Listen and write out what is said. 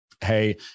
Hey